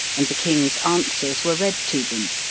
and the king's answers were read to them.